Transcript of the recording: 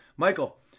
Michael